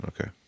Okay